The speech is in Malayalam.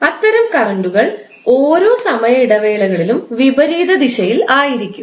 അത്തരം കറൻറുകൾ ഓരോ സമയ ഇടവേളകളിലും വിപരീതദിശയിൽ ആയിരിക്കും